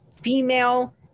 female